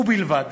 ובלבד